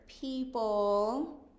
people